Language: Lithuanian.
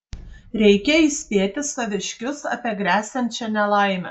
reikia įspėti saviškius apie gresiančią nelaimę